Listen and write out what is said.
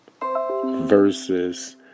versus